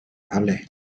parler